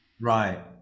Right